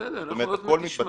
בסדר, אנחנו עוד מעט נשמע.